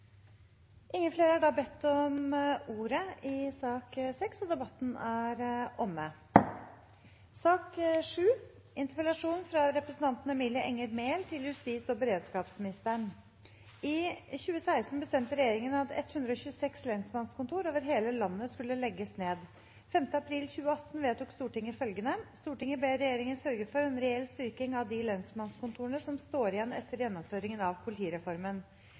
Flere har ikke bedt om ordet til sak nr. 6. I 2016 bestemte regjeringen at 126 lensmannskontor over hele landet skulle legges ned, og 5. april 2018 vedtok Stortinget følgende: «Stortinget ber regjeringen sørge for en reell styrking av de lensmannskontorene som står igjen etter gjennomføringen av politireformen.»